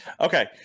Okay